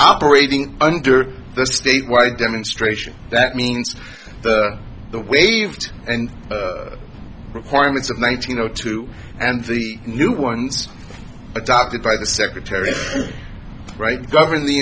operating under the statewide demonstration that means the waived and requirements of nineteen zero two and the new ones adopted by the secretary write govern the